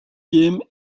game